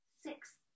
six